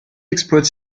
exploite